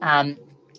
um